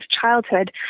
childhood